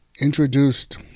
introduced